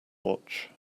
watch